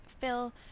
phil